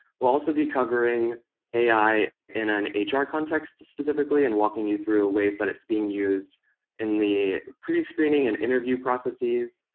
we'll also be covering ai in an ah hr context, specifically, and walking you through ways that it's being used in the pre-screening and interview processes.